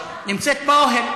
משפחת אזברגה, נמצאת באוהל.